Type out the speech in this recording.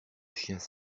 chiens